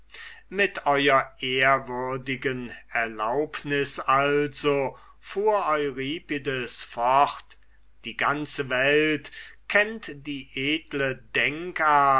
mit ew ehrwürden erlaubnis also fuhr euripides fort die ganze welt kennt die edle denkart